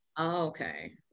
Okay